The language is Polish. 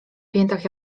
piętach